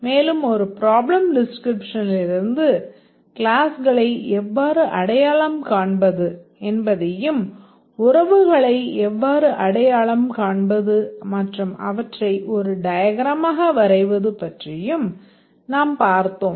மேலும் ஒரு ப்ராப்ளம் டிஸ்க்ரிப்ஷனிலிருந்து கிளாஸ்களை எவ்வாறு அடையாளம் காண்பது என்பதையும் உறவுகளை எவ்வாறு அடையாளம் காண்பது மற்றும் அவற்றை ஒரு டயகிரமாக வரைவது பற்றியும் நாம் பார்த்தோம்